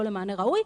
לא למענה ראוי,